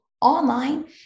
online